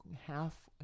Half